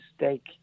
mistake